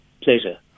Pleasure